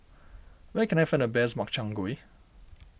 where can I find the best Makchang Gui